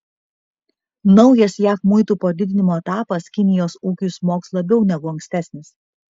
naujas jav muitų padidinimo etapas kinijos ūkiui smogs labiau negu ankstesnis